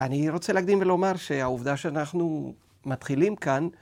‫אני רוצה להקדים ולומר שהעובדה ‫שאנחנו מתחילים כאן...